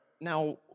Now